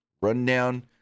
rundown